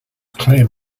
claim